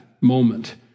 moment